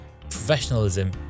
professionalism